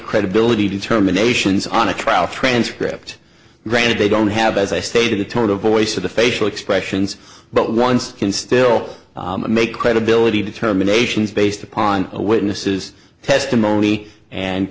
credibility determinations on a trial transcript granted they don't have as i stated the tone of voice of the facial expressions but once can still make credibility determinations based upon a witness's testimony and